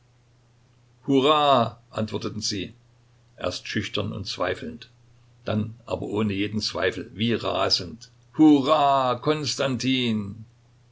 hurra antworteten sie erst schüchtern und zweifelnd dann aber ohne jeden zweifel wie rasend hurra